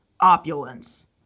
opulence